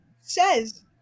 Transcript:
says